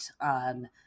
on